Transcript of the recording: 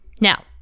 Now